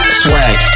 swag